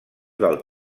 del